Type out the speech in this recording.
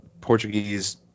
Portuguese